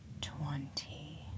Twenty